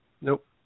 Nope